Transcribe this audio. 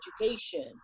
education